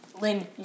Lynn